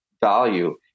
value